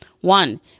One